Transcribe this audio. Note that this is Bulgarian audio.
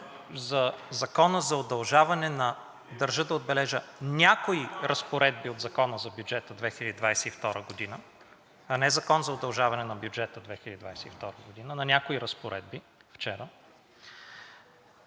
за Закона за удължаване на – държа да отбележа – някои разпоредби от Закона за бюджета 2022 г., а не Закон за удължаване на бюджета 2022 г., на някои разпоредби вчера,